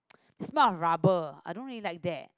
smell of rubber I don't really like that